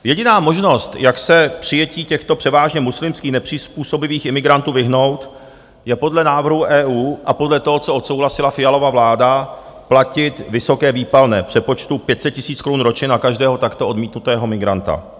Jediná možnost, jak se přijetí těchto převážně muslimských nepřizpůsobivých imigrantů vyhnout, je podle návrhu EU a podle toho, co odsouhlasila Fialova vláda, platit vysoké výpalné v přepočtu 500 000 korun ročně na každého takto odmítnutého migranta.